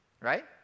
Right